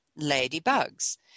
ladybugs